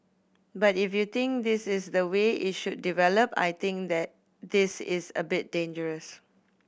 but if you think this is the way it should develop I think this is a bit dangerous